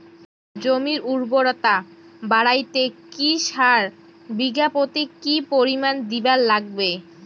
জমির উর্বরতা বাড়াইতে কি সার বিঘা প্রতি কি পরিমাণে দিবার লাগবে?